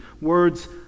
words